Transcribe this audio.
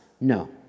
No